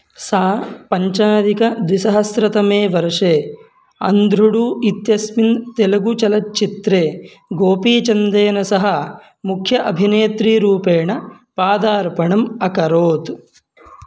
सा पञ्चाधिकद्विसहस्रतमे वर्षे अन्ध्रुडु इत्यस्मिन् तेलुगुचलच्चित्रे गोपीचन्देन सह मुख्य अभिनेत्रीरूपेण पादार्पणम् अकरोत्